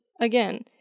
again